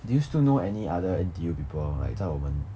do you still know any other N_T_U people like 在我们